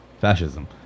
fascism